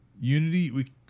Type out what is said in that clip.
unity